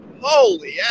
Holy